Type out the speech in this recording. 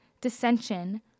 dissension